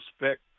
respect